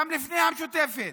גם לפני המשותפת,